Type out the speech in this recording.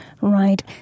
Right